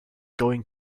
going